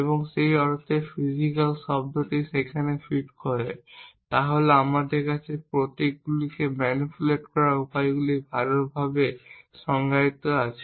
এবং সেই অর্থে ফিজিকাল শব্দটি যেখানে ফিট করে তা হল আমাদের কাছে প্রতীকগুলিকে ম্যানিপুলেট করার উপায়গুলি ভালভাবে সংজ্ঞায়িত আছে